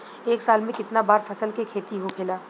एक साल में कितना बार फसल के खेती होखेला?